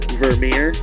vermeer